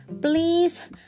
please